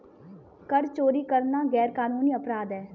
कर चोरी करना गैरकानूनी अपराध है